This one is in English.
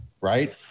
right